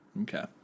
Okay